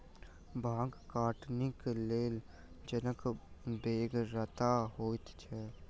भांग कटनीक लेल जनक बेगरता होइते छै